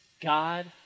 God